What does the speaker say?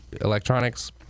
electronics